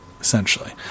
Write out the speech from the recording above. essentially